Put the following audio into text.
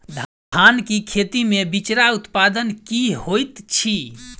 धान केँ खेती मे बिचरा उत्पादन की होइत छी?